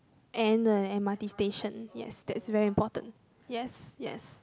and the M_R_T station yes that's very important yes yes